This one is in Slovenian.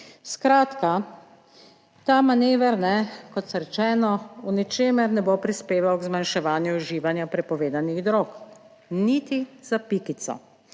Skratka, ta manever, kot rečeno, v ničemer ne bo prispeval k zmanjševanju uživanja prepovedanih drog, niti za pikico.